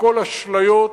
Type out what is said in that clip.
הכול אשליות,